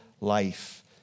life